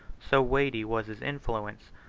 so weighty was his influence,